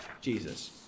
Jesus